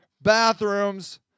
bathrooms